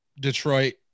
Detroit